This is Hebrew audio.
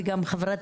וגם חברת